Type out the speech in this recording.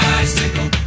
Bicycle